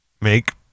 make